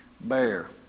bear